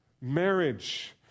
marriage